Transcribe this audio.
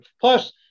Plus